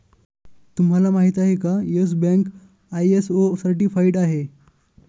तुम्हाला माहिती आहे का, येस बँक आय.एस.ओ सर्टिफाइड आहे